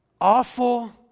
awful